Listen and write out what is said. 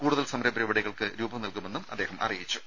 കൂടുതൽ സമര പരിപാടികൾക്ക് രൂപം നൽകുമെന്നും അദ്ദേഹം അറിയിച്ചു